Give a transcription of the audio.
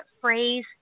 phrase